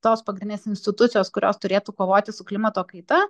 tos pagrindinės institucijos kurios turėtų kovoti su klimato kaita